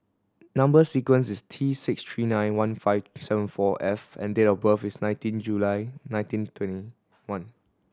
number sequence is T six three nine one five seven four F and date of birth is nineteen July nineteen twenty one